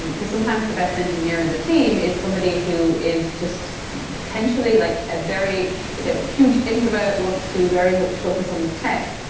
and because sometimes the best engineer in the team is somebody who is just potentially like a very the huge introvert wants to very much focus on the tech.